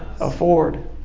afford